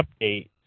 update